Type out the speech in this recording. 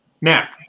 Now